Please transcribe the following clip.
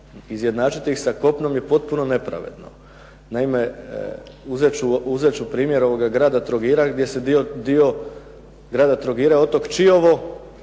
izjednačiti ih sa kopnom je potpuno nepravedno. Naime, uzet ću primjer grada Trogira gdje se dio grada Trogira otok Čiovo,